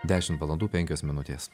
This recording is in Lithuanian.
dešim valandų penkios minutės